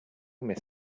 miss